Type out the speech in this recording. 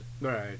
Right